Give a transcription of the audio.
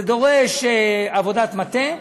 זה דורש עבודת מטה.